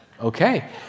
Okay